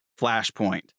Flashpoint